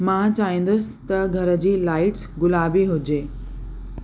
मां चाहिंदुसि त घर जी लाइट्स गुलाबी हुजे